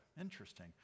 Interesting